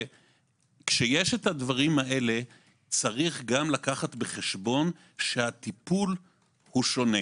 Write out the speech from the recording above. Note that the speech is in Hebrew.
כשיש את הדברים האלה צריך גם לקחת בחשבון שהטיפול שונה,